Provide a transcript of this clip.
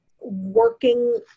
working